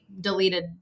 deleted